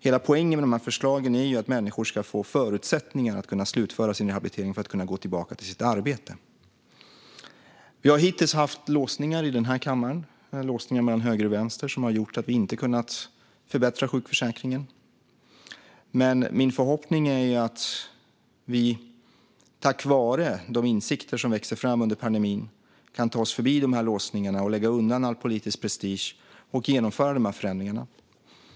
Hela poängen med de här förslagen är ju att människor ska få förutsättningar att kunna slutföra sin rehabilitering för att kunna gå tillbaka till sitt arbete. Vi har hittills haft låsningar mellan höger och vänster här i kammaren som har gjort att vi inte har kunnat förbättra sjukförsäkringen. Min förhoppning är att vi tack vare de insikter som växer fram under pandemin kan ta oss förbi dessa låsningar så att vi kan lägga undan all politisk prestige och genomföra de här förändringarna.